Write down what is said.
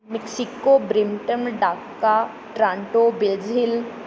Mexico Brampton Dhaka Toronto Brazil